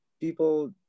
people